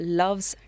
loves